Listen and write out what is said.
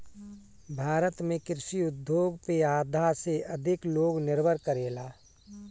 भारत में कृषि उद्योग पे आधा से अधिक लोग निर्भर करेला